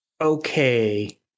okay